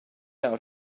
out